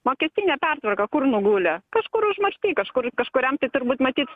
mokestinė pertvarka kur nugulė kažkur užmarštyj kažkur ir kažkuriam tai turbūt matyt